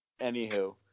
Anywho